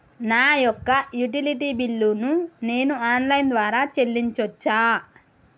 నా యొక్క utility bill ను నేను ఆన్ లైన్ ద్వారా చెల్లించొచ్చా?